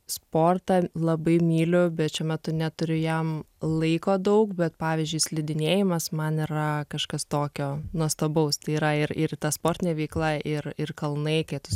sportą labai myliu bet šiuo metu neturiu jam laiko daug bet pavyzdžiui slidinėjimas man yra kažkas tokio nuostabaus tai yra ir ir ta sportinė veikla ir ir kalnai kai tu